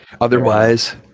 Otherwise